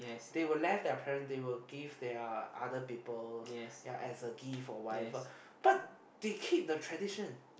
they will left the present they will give their other people as gift but they keep the tradition